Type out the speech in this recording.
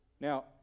Now